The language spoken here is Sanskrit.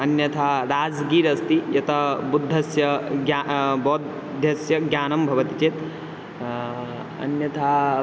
अन्यथा राजगीर् अस्ति यथा बुद्धस्य ग्या बौद्धस्य ज्ञानं भवति चेत् अन्यथा